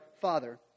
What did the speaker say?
father